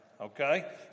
okay